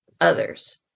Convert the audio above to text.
others